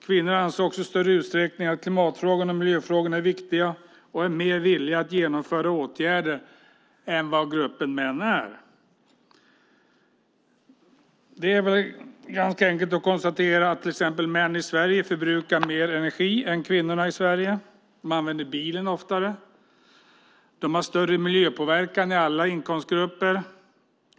Kvinnor anser också i större utsträckning att klimatfrågan och miljöfrågorna är viktiga och är mer villiga att genomföra åtgärder än vad gruppen män är. Det är ganska enkelt att konstatera till exempel att män i Sverige förbrukar mer energi än kvinnor i Sverige. De använder bilen oftare. De har större miljöpåverkan i alla inkomstgrupper.